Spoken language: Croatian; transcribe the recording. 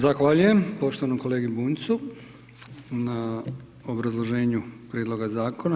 Zahvaljujem poštovanom kolegi Bunjcu na obrazloženju prijedloga zakona.